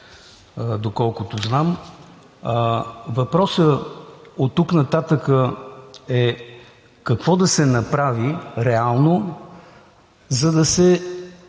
доколкото знам. Въпросът оттук нататък е: какво да се направи реално, за да се